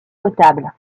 potable